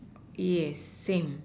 yes same